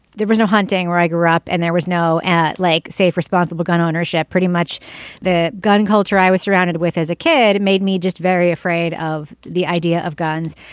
there was no hunting where i grew up and there was no at like safe responsible gun ownership pretty much the gun culture i was surrounded with as a kid it made me just very afraid of the idea of guns.